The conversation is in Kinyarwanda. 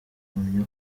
ahamya